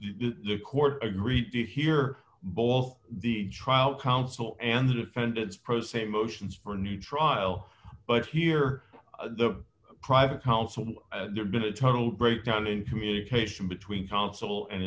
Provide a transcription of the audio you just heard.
the court agreed to hear bowl the trial counsel and the defendant's pro se motions for a new trial but here the private counsel there been a total breakdown in communication between counsel and